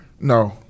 No